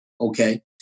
Okay